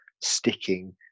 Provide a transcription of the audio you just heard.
sticking